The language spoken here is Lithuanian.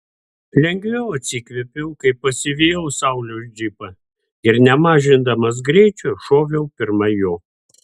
lengviau atsikvėpiau kai pasivijau sauliaus džipą ir nemažindamas greičio šoviau pirma jo